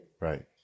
Right